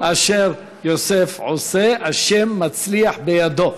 כתוב: כל אשר יוסף עושה, ה' מצליח בידו.